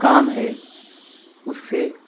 کام ہے اس سے